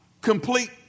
complete